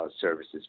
services